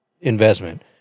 investment